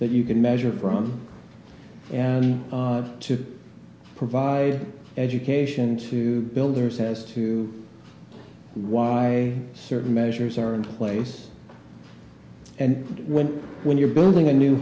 that you can measure from and to provide education to builders has to why certain measures are in place and when when you're building a new